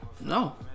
No